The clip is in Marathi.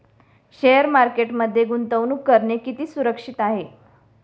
शेअर मार्केटमध्ये गुंतवणूक करणे किती सुरक्षित आहे?